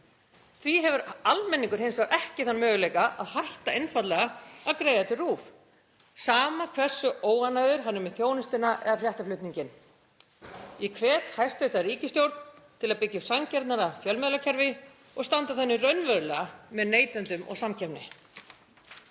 þeirra. Almenningur hefur hins vegar ekki þann möguleika að hætta einfaldlega að greiða til RÚV, sama hversu óánægður hann er með þjónustuna eða fréttaflutninginn. Ég hvet hæstv. ríkisstjórn til að byggja upp sanngjarnara fjölmiðlakerfi og standa þannig raunverulega með neytendum og samkeppni.